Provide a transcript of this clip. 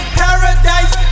paradise